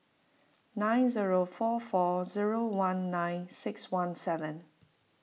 nine zero four four zero one nine six one seven